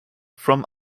from